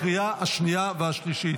לקריאה השנייה והשלישית.